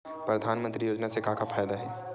परधानमंतरी योजना से का फ़ायदा हे?